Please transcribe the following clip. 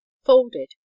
folded